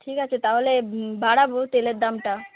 ঠিক আছে তাহলে বাড়াবো তেলের দামটা